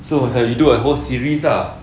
so it's like you do a whole series ah